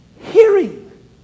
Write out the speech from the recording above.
hearing